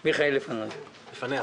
לפניה,